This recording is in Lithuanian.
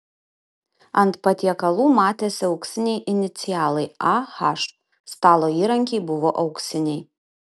ant patiekalų matėsi auksiniai inicialai ah stalo įrankiai buvo auksiniai